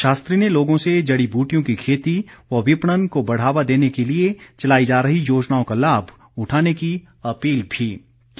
शास्त्री ने लोगों से जड़ी ब्रटियों की खेती व विपणन को बढ़ावा देने के लिए चलाई जा रही योजनाओं का लाभ उठाने की अपील भी की